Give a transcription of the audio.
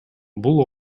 бул